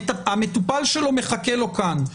המטופל שלו מחכה לו כאן,